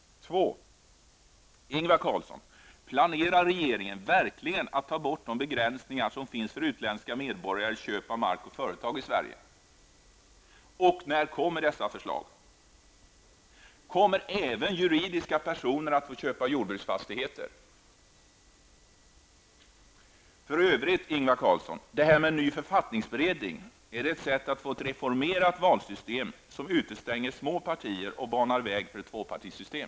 Ingvar Carlsson, planerar regeringen verkligen att ta bort de begränsningar som finns för utländska medborgares köp av mark och företag i Sverige och när kommer dessa förslag? Kommer även juridiska personer att få köpa jordbruksfastigheter? För övrigt, Ingvar Carlsson, hur är det med en ny författningsberedning? Är det ett sätt att få ett reformerat valsystem som utestänger små partier och banar väg för tvåpartisystem?